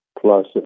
plus